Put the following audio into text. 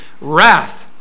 wrath